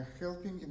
helping